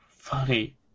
Funny